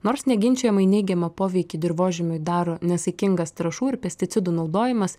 nors neginčijamai neigiamą poveikį dirvožemiui daro nesaikingas trąšų ir pesticidų naudojimas